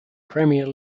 premier